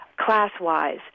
class-wise